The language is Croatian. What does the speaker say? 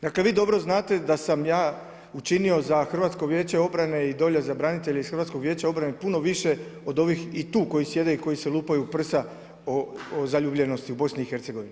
Dakle vi dobro znate da sam ja učinio za HVO i dolje za branitelje iz HVO-a puno više od ovih i tu koji sjede koji se lupaju u prsa o zaljubljenosti u BiH.